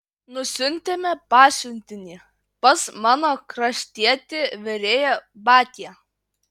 nusiuntėme pasiuntinį pas mano kraštietį virėją batią